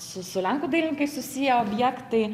su su lenkų dailininkais susiję objektai